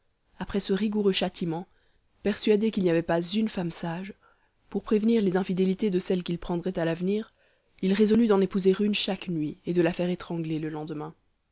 après ce rigoureux châtiment persuadé qu'il n'y avait pas une femme sage pour prévenir les infidélités de celles qu'il prendrait à l'avenir il résolut d'en épouser une chaque nuit et de la faire étrangler le lendemain